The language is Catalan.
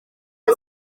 les